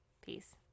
Peace